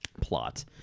plot